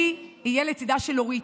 אני אהיה לצידה של אורית,